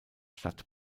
stadt